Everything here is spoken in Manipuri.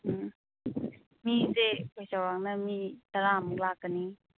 ꯎꯝ ꯃꯤꯁꯦ ꯑꯩꯈꯣꯏ ꯆꯥꯎꯔꯥꯛꯅ ꯃꯤ ꯇꯔꯥꯃꯨꯛ ꯂꯥꯛꯀꯅꯤ